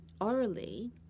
orally